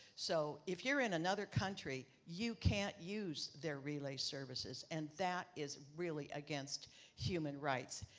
so if you are in another country, you can't use their relay services, and that is really against human rights.